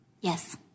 Yes